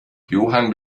johann